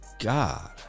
God